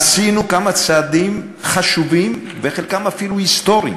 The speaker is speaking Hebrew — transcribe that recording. עשינו כמה צעדים חשובים וחלקם אפילו היסטוריים